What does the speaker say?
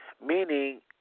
meaning